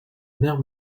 mer